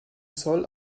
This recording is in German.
zoll